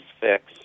fix